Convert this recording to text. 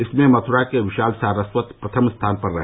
इसमें मथुरा के विशाल सारस्वत प्रथम स्थान पर रहे